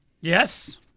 Yes